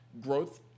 growth